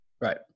right